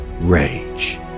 Rage